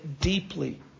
deeply